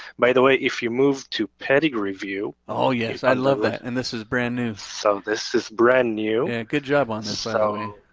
by the way if you moved to pedigree view oh yes i love that and this is brand new. so this is brand new. yeah good job on so